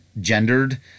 gendered